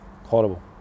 Horrible